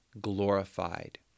glorified